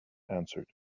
answered